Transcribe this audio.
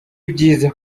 ibyiza